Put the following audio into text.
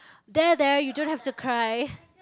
there there you don't have to cry